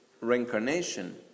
reincarnation